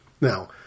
Now